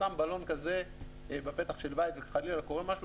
שם בלון כזה בפתח של בית וחלילה קורה משהו,